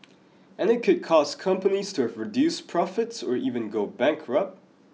and it could cause companies to have reduced profits or even go bankrupt